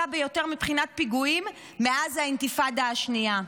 ביותר מבחינת פיגועים מאז האינתיפאדה השנייה,